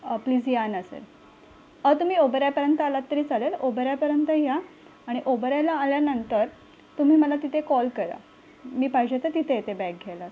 please या ना sir अहो तुम्ही ओबेरायपर्यंत आलात तरी चालेल ओबेरायपर्यंत या आणि ओबेरायला आल्यानंतर तुम्ही मला तिथे कॉल करा मी पाहिजे तर तिथे येते बॅग घ्यायला सर